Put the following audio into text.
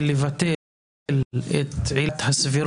באמת לטפל בבעיות האמיתיות של האזרחים להתמודד עם האתגרים